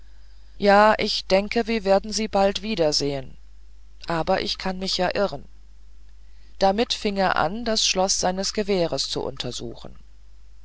ja ich denke wir werden sie bald wiedersehen aber ich kann mich ja irren damit fing er an das schloß seines gewehres zu untersuchen